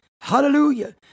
hallelujah